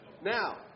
Now